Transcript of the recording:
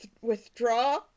withdraw